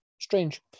Strange